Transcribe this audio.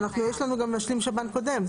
יש לנו גם משלים שב"ן קודם.